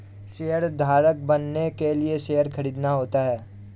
शेयरधारक बनने के लिए शेयर खरीदना होता है